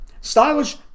Stylish